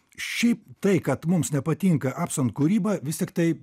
šiaip tai kad mums nepatinka apson kūryba vis tiktai